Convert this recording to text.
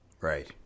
Right